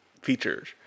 features